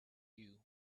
you